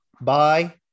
bye